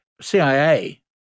CIA